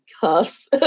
cuffs